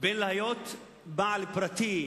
בין בעלים פרטיים